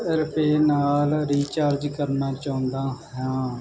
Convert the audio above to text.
ਰੁਪਏ ਨਾਲ ਰੀਚਾਰਜ ਕਰਨਾ ਚਾਹੁੰਦਾ ਹਾਂ